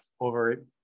over